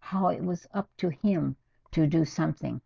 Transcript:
how it was up to him to do something?